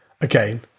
again